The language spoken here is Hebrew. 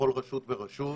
בכל רשות ורשות.